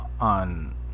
On